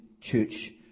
church